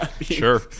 Sure